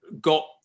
got